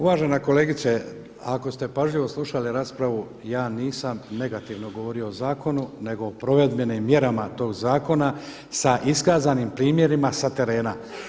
Uvažena kolegice, ako ste pažljivo slušali raspravu ja nisam negativno govorio o zakonu nego o provedbenim mjerama tog zakona sa iskazanim primjerima sa terena.